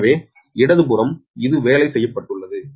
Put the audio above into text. எனவே இடது புறம் இது வேலை செய்யப்பட்டுள்ளது